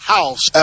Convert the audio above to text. House